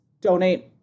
donate